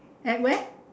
at where